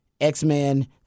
X-Men